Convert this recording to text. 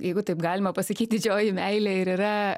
jeigu taip galima pasakyt didžioji meilė ir yra